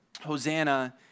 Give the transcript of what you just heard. Hosanna